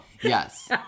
Yes